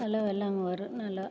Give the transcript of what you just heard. எல்லாவெல்லாம் வரும் நல்லா